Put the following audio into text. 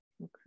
Okay